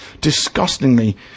disgustingly